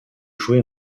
joué